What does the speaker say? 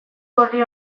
orri